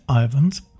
Ivan's